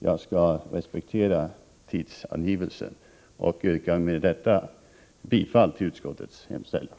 Jag skall respektera tidsangivelsen och yrkar med detta bifall till utskottets hemställan.